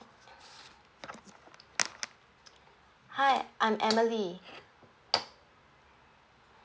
hi I'm emily